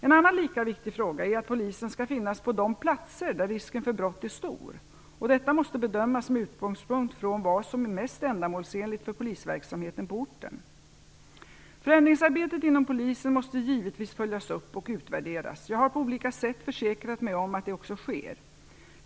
En annan lika viktig fråga är att polisen skall finnas på de platser där risken för brott är stor. Detta måste bedömas med utgångspunkt från vad som är mest ändamålsenligt för polisverksamheten på orten. Förändringsarbetet inom Polisen måste givetvis följas upp och utvärderas. Jag har på olika sätt försäkrat mig om att det också sker.